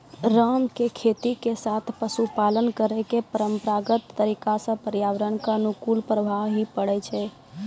राम के खेती के साथॅ पशुपालन करै के परंपरागत तरीका स पर्यावरण कॅ अनुकूल प्रभाव हीं पड़ै छै